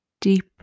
deep